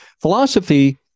Philosophy